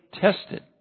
tested